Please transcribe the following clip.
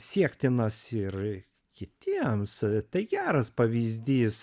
siektinas ir kitiems tai geras pavyzdys